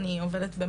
ואני עובדת סוציאלית.